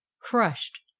crushed